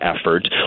effort